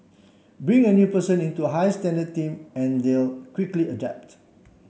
bring a new person into high standard team and they'll quickly adapt